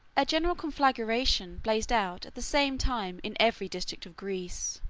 a general conflagration blazed out at the same time in every district of greece.